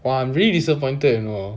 !wah! I'm really disappointed you know